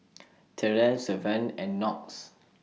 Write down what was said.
Terrell Savanah and Knox